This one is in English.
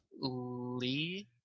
Lee